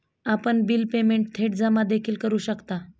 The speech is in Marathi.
आपण बिल पेमेंट थेट जमा देखील करू शकता